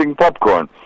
popcorn